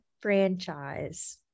franchise